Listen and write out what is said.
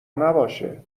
نباشه